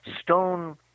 stone